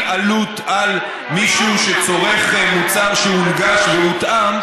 עלות על מישהו שצורך מוצר שהונגש והותאם.